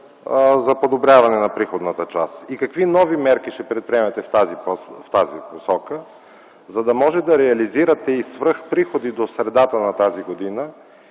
за подобряване на приходната част? Какви нови мерки ще предприемате в тази посока, за да можете да реализирате и свръхприходи до средата на тази година,